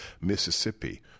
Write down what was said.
Mississippi